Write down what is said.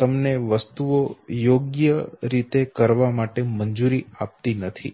તમને વસ્તુઓ યોગ્ય રીતે કરવા માટે મંજૂરી આપતી નથી